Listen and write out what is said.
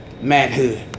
manhood